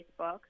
Facebook